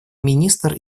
министр